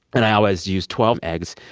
and i always use twelve eggs.